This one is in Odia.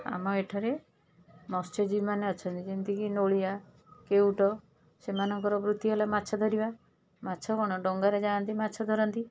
ଆମ ଏଠାରେ ମତ୍ସ୍ୟଜୀବୀମାନେ ଅଛନ୍ତି ଯେମିତିକି ନୋଳିଆ କେଉଟ ସେମାନଙ୍କର ବୃତ୍ତି ହେଲା ମାଛ ଧରିବା ମାଛ କ'ଣ ଡଙ୍ଗାରେ ଯାଆନ୍ତି ମାଛ ଧରନ୍ତି